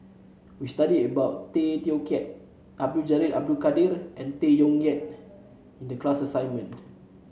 we studied about Tay Teow Kiat Abdul Jalil Abdul Kadir and Tay Koh Yat in the class assignment